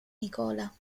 nicola